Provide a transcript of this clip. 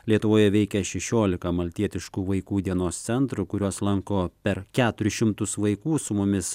lietuvoje veikia šešiolika maltietiškų vaikų dienos centrų kuriuos lanko per keturis šimtus vaikų su mumis